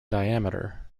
diameter